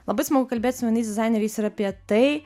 labai smagu kalbėt su jaunais dizaineriais ir apie tai